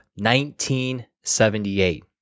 1978